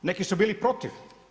Neki su bili protiv.